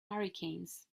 hurricanes